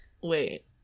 wait